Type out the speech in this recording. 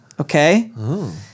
Okay